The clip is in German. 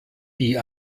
die